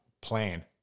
plan